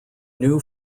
new